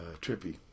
Trippy